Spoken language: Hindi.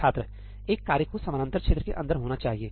छात्र एक कार्य को एक समानांतर क्षेत्र के अंदर होना चाहिए